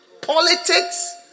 politics